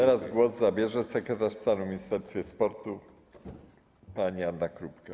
Teraz głos zabierze sekretarz stanu w Ministerstwie Sportu pani Anna Krupka.